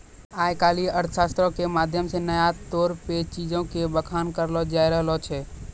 आइ काल्हि अर्थशास्त्रो के माध्यम से नया तौर पे चीजो के बखान करलो जाय रहलो छै